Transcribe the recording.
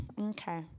Okay